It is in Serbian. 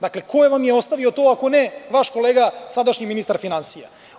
Dakle, ko vam je ostavio to ako ne vaš kolega sadašnji ministar finansija?